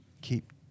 keep